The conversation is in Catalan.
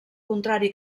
contrari